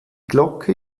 glocke